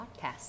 podcast